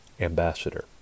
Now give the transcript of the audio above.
ambassador